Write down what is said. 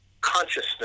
consciousness